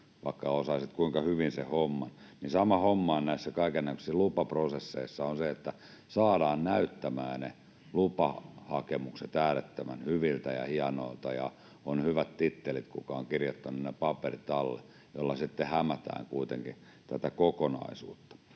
vaikka osaisit kuinka hyvin sen homman. Sama homma on näissä kaikennäköisissä lupaprosesseissa se, että saadaan näyttämään ne lupahakemukset äärettömän hyviltä ja hienoilta ja on hyvät tittelit, kuka on kirjoittanut ne paperit alle, millä sitten hämätään kuitenkin tätä kokonaisuutta.